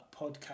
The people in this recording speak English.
podcast